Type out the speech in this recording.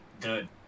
good